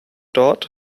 dort